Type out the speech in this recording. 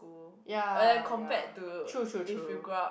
ya ya true true true